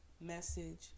message